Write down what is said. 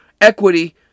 equity